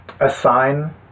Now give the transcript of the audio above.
assign